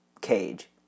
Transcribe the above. cage